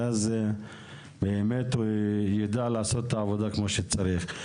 ואז באמת הוא ידע לעשות את העבודה כמו שצריך.